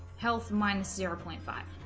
health minus zero point five